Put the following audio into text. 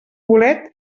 bolet